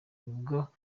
nibwo